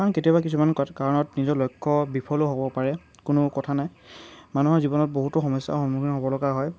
কাৰণ কেতিয়াবা কিছুমান কাৰণত নিজৰ লক্ষ্য বিফলো হ'ব পাৰে কোনো কথা নাই মানুহৰ জীৱনত বহুতো সমস্যাৰ সন্মুখীন হ'বলগীয়া হয়